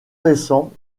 récents